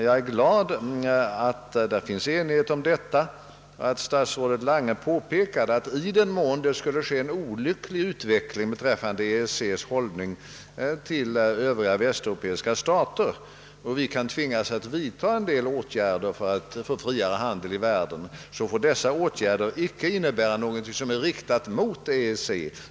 Jag är glad över enigheten kring statsrådet Langes påpekande, att om vi tvingas vidta särskilda åtgärder för en friare handel efter en olycklig utveckling av förhållandet mellan EEC och utanförstående västeuropeiska stater får dessa åtgärder icke riktas mot EEC.